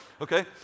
okay